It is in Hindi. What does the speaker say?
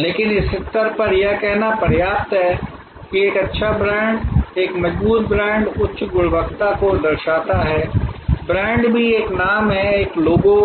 लेकिन इस स्तर पर यह कहना पर्याप्त है कि एक अच्छा ब्रांड एक मजबूत ब्रांड उच्च गुणवत्ता को दर्शाता है ब्रांड भी एक नाम है एक लोगो